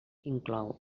inclou